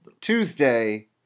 Tuesday